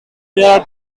are